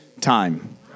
time